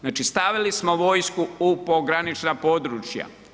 Znači stavili smo vojsku u pogranična područja.